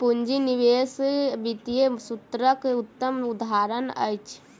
पूंजी निवेश वित्तीय सूत्रक उत्तम उदहारण अछि